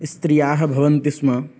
स्त्रियः भवन्ति स्म